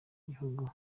gihugu